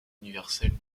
universelle